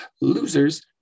losers